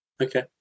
Okay